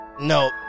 No